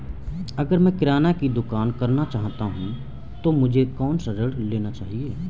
अगर मैं किराना की दुकान करना चाहता हूं तो मुझे कौनसा ऋण लेना चाहिए?